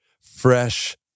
fresh